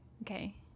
Okay